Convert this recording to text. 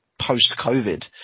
post-Covid